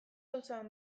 auzoan